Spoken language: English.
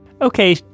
Okay